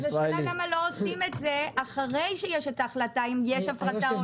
השאלה למה לא עושים את זה אחרי שיש החלטה על הפרטה.